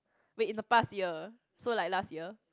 wait in a pass year so like last year